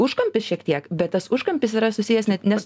užkampis šiek tiek bet tas užkampis yra susijęs net nes